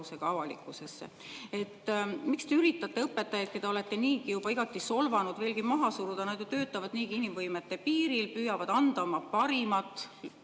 vastulause. Miks te üritate õpetajaid, keda olete niigi igati solvanud, veelgi maha suruda? Nad ju töötavad juba inimvõimete piiril, püüavad anda oma parimat,